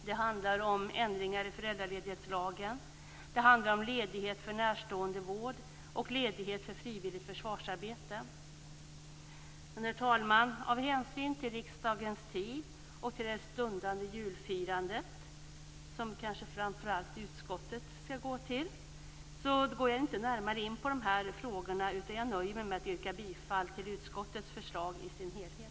Det handlar om ändringar i föräldraledighetslagen, det handlar om ledighet för närståendevård och ledighet för frivilligt försvarsarbete. Herr talman! Av hänsyn till riksdagens tid och det stundande julfirandet - som kanske framför allt utskottet skall gå till - går jag inte närmare in på dessa frågor, utan nöjer mig med att yrka bifall till utskottets förslag i sin helhet.